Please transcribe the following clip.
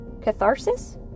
catharsis